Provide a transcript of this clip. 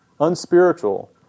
unspiritual